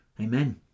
Amen